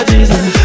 Jesus